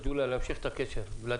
השאלה אם יש ביקוש או אין היענות לביקוש?